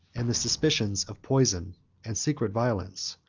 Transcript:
and the suspicions of poison and secret violence,